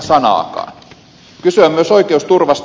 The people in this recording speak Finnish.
kyse on myös oikeusturvasta